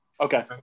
Okay